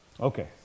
Okay